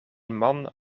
man